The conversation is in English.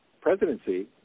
presidency